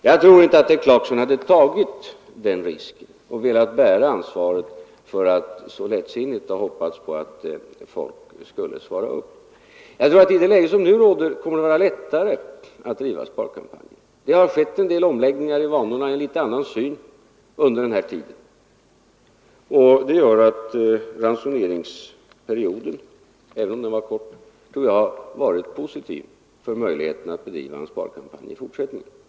Jag tror inte att herr Clarkson hade velat bära ansvaret för att så lättsinnigt hoppas på att folk skulle följa uppmaningarna att spara. Jag tror att det i det läge som nu råder kan vara lättare att driva sparkampanjer. Det har skett en del omläggningar i vanorna, och man har fått en annan syn under ransoneringsperioden. Det gör att jag tror att ransoneringsperioden, även om den var kort, har varit positiv för möjligheterna att bedriva en sparkampanj i fortsättningen.